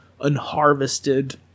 unharvested